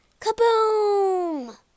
Kaboom